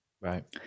Right